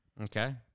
Okay